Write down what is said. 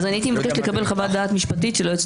אז אני הייתי מבקשת לקבל חוות דעת משפטית של היועצת